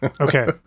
Okay